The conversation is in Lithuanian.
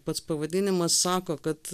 pats pavadinimas sako kad